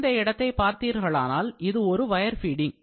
இந்த இடத்தை பார்த்தீர்களானால் இது ஒரு வயர் ஃபீடிங்